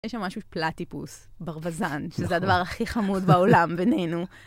יש שם משהו של פלטיפוס, ברווזן, שזה הדבר הכי חמוד בעולם בינינו.